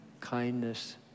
kindness